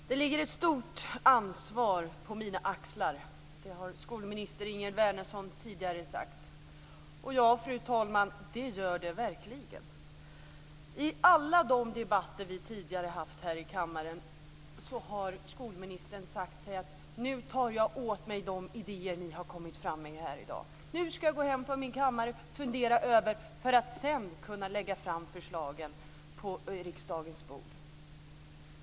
Fru talman! Det ligger ett stort ansvar på mina axlar. Det har skolminister Ingegerd Wärnersson tidigare sagt. Ja, fru talman, det gör det verkligen. I alla de debatter vi tidigare har haft här i kammaren har skolministern sagt: Nu tar jag till mig de idéer ni har kommit med här i dag. Nu ska jag gå hem på min kammare och fundera, för att sedan kunna lägga fram förslagen på riksdagens bord.